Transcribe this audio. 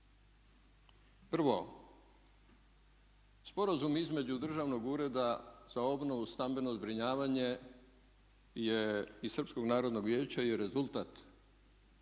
Prvo, sporazum između Državnog ureda za obnovu i stambeno zbrinjavanje je iz Srpskog narodnog vijeća i je rezultat